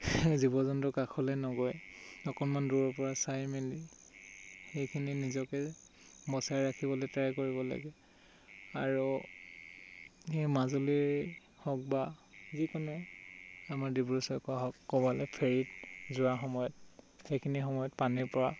জীৱ জন্তু কাষলৈ নগৈ অকণমান দূৰৰ পৰা চাই মেলি সেইখিনি নিজকে বচাই ৰাখিবলৈ ট্ৰাই কৰিব লাগে আৰু সেই মাজুলীৰ হওক বা যিকোনো আমাৰ ডিব্ৰু চৈখোৱা হওক ক'ৰবালৈ ফেৰীত যোৱা সময়ত সেইখিনি সময়ত পানীৰ পৰা